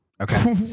okay